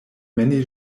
many